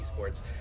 esports